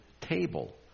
table